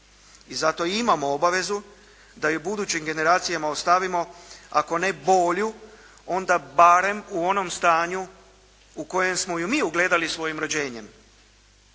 I zato imamo obavezu da i budućim generacijama ostavimo ako ne bolju onda barem u onom stanju u kojem smo ju mi ugledali svojim rođenjem.